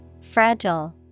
Fragile